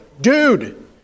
dude